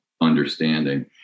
understanding